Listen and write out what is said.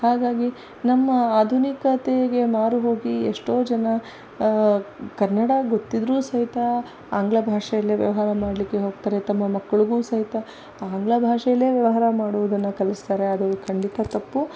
ಹಾಗಾಗಿ ನಮ್ಮ ಆಧುನಿಕತೆಗೆ ಮಾರುಹೋಗಿ ಎಷ್ಟೋ ಜನ ಕನ್ನಡ ಗೊತ್ತಿದ್ದರೂ ಸಹಿತ ಆಂಗ್ಲ ಭಾಷೆಯಲ್ಲೇ ವ್ಯವಹಾರ ಮಾಡಲಿಕ್ಕೆ ಹೋಗ್ತಾರೆ ತಮ್ಮ ಮಕ್ಳಿಗೂ ಸಹಿತ ಆಂಗ್ಲ ಭಾಷೆಯಲ್ಲೇ ವ್ಯವಹಾರ ಮಾಡೋದನ್ನು ಕಲಿಸ್ತಾರೆ ಅದು ಖಂಡಿತ ತಪ್ಪು